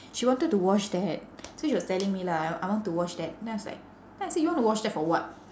she wanted to wash that so she was telling me lah I I want to wash that then I was like I then I say you want to wash that for what